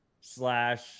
slash